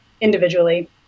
individually